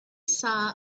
saw